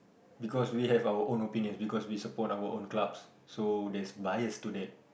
because we have our own opinion because we support our own clubs so there's bias to that